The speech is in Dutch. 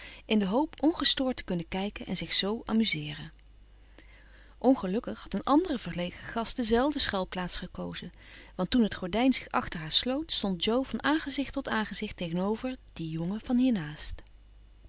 in de hoop ongestoord te kunnen kijken en zich zoo amuseeren ongelukkig had een andere verlegen gast dezelfde schuilplaats gekozen want toen het gordijn zich achter haar sloot stond jo van aangezicht tot aangezicht tegenover die jongen van hiernaast